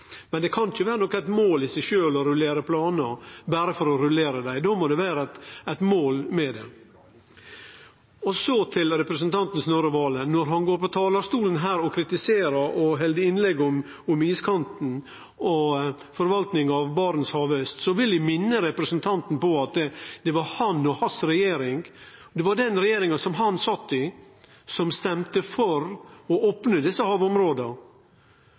Men det kan ikkje vere eit mål i seg sjølv å rullere planar berre for å rullere dei – det må vere eit mål med det. Så til representanten Snorre Valen: Når han går på talarstolen her og kritiserer og held innlegg om iskanten og forvaltninga av Barentshavet aust, så vil eg minne representanten på at det var han og hans regjering, den regjeringa som hans parti sat i, som stemde for å opne desse havområda.